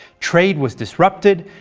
trade was disrupted,